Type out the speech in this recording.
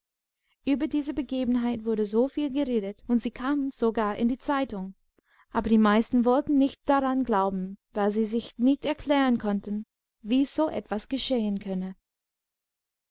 über diese begebenheit wurde soviel geredet und sie kam sogar in die zeitung aber die meisten wollten nicht daran glauben weil sie sich nicht erklärenkonnten wiesoetwasgeschehenkönne